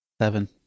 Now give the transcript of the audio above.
Seven